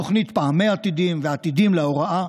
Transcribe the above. תוכנית "פעמי עתידים" ו"עתידים להוראה",